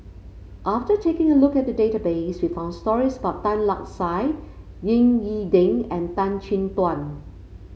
after taking a look at the database we found stories about Tan Lark Sye Ying E Ding and Tan Chin Tuan